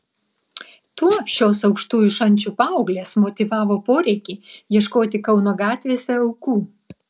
tuo šios aukštųjų šančių paauglės motyvavo poreikį ieškoti kauno gatvėse aukų